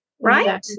right